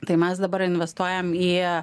tai mes dabar investuojam į